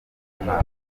mwaka